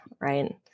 Right